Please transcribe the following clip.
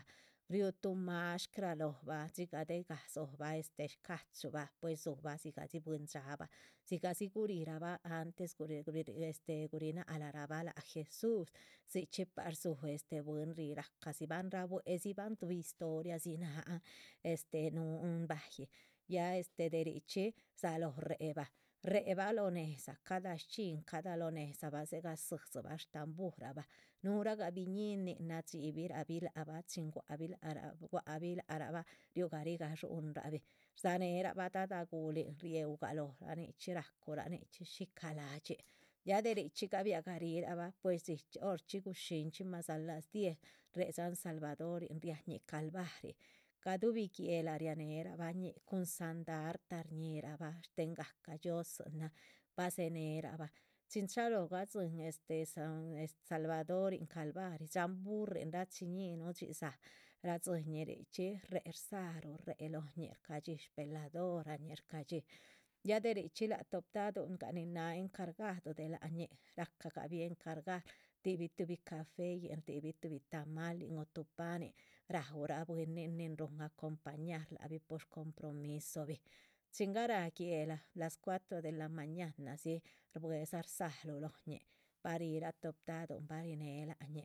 Riú tuh mashcra lóhobah dxigah degah dzóhobah este shca´chubah pues dzobah dzigadzi bwín dxáabah dzzigadiz gurih rabah antes este gurinác lah rahbah. láac jesus, dzichxí pah rdzúhu bwín ri, rahcadziban rabuédzibahan, tuhbi historia dzi náhan este núhun bahyi. ya este de richxí rdzalóho réhebah, réhebah lóho. nédza cada shchxín cada lóho nédza dzega dzídzibah shtamburabah, nuhuragah biñínin nadxibirahbi lac bah chin gua´c bi lac rabah riu garih gadxúhnrabih. rdzanéherabah dada gulinh, riéhu ga lóhora nichxí ra cuhura nichxí shica la´dxin, ya de richxí gabiah garih rabah pues dxichxí horchxí gushínchxí. mas a las diez réhe dxáhan salvadorin riañih calvarih, gaduhubi guéhla rianehe rabañíh, sandarta shñíhirabah shtéhengahca dhxióosin náhan bah dze neh rabahn chin chalóho. gadzín san este san salvadorin calvarih este dxáhan burrin rachiñíhinuh dhxizáa radzin ñih richxí réhe, rdzáruh réhe lóhoñih, shcadxí shveladorañih, shcadxí,. ya de richxí láha top taduhun nin náha encargado de lác ñih, rahca gah bih encargar shdibih tuhbi caféyin, shdibih tuhbi tamalin o tuh panin raú rah bwínin. nin rúhun acompañar lac bih pur shcompromisobih chin garáh guéhla las cuatro de la mañana dzí shbuedza rdzáruh lóhoñih bah rihira toptaduhun bah rihine lác ñic